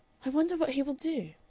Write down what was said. i wonder what he will do?